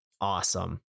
awesome